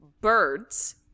birds